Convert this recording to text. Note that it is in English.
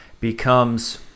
becomes